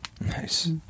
Nice